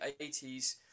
80s